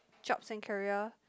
jobs and career